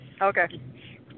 Okay